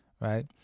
right